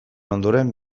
ondoren